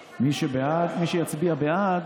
אז מי שבעד, מי שיצביע בעד,